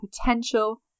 potential